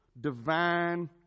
divine